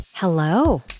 Hello